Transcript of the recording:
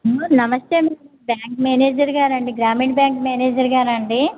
hello నమస్తే madam bank manager గారా అండి గ్రామీణ బ్యాంకు మేనేజర్ గారా అండి